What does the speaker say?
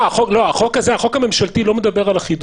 לא, החוק הממשלתי לא מדבר על החידוש.